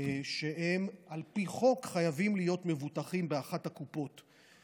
שהם על פי חוק חייבים להיות מבטוחים באחת הקופות.